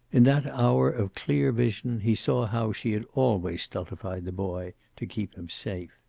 in that hour of clear vision he saw how she had always stultified the boy, to keep him safe.